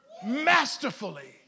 masterfully